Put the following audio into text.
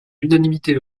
l’unanimité